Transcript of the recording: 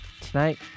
Tonight